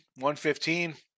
115